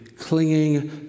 clinging